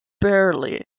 Barely